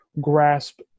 grasp